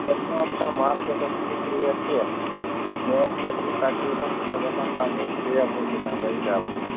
یُہُس چھَنہٕ مارکٮ۪ٹس تِژھ ریٹ کیٚنٛہہ یُہُس گَژھ تقریٖبن مےٚ باسان کَمٕے شیٹھ رۄپیہِ تام گَژھ ڈَبہٕ